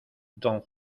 donc